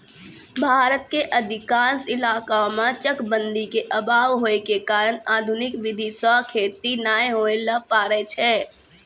भारत के अधिकांश इलाका मॅ चकबंदी के अभाव होय के कारण आधुनिक विधी सॅ खेती नाय होय ल पारै छै